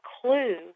clue